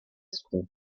school